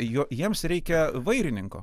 jo jiems reikia vairininko